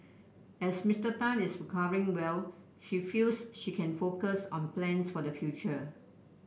as Mister Tan is recovering well she feels she can focus on plans for the future